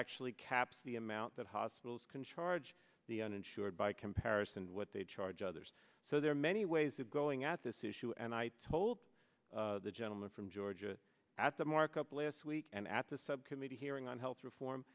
actually caps the amount that hospitals can charge the uninsured by comparison to what they charge others so there are many ways of going at this issue and i told the gentleman from georgia at the markup last week and at the subcommittee hearing on health reform